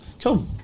Cool